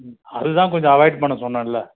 ம் அது தான் கொஞ்சம் அவாய்ட் பண்ண சொன்னேன்ல்ல